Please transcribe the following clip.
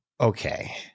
okay